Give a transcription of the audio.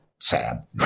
sad